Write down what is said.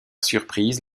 surprise